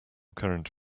current